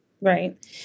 Right